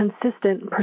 consistent